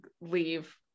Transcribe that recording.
leave